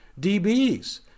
DBs